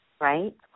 right